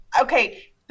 Okay